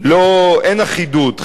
אין אחידות,